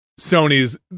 Sony's